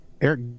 Eric